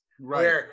Right